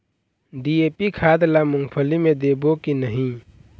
DAP खाद ला मुंगफली मे देबो की नहीं?